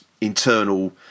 internal